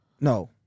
No